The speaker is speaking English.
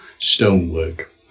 stonework